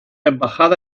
embajada